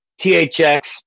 THX